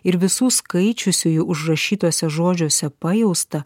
ir visų skaičiusiųjų užrašytuose žodžiuose pajaustą